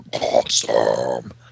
awesome